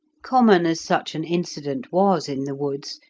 common as such an incident was in the woods,